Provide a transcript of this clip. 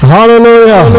Hallelujah